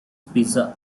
pizza